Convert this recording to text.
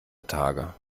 tage